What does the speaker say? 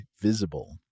Visible